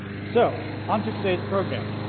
so, on to today's program.